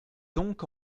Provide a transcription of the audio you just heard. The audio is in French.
donc